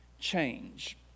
change